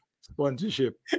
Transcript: sponsorship